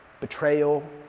betrayal